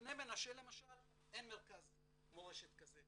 לבני מנשה למשל אין מרכז מורשת כזה.